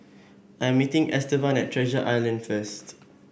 I am meeting Estevan at Treasure Island first